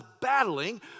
battling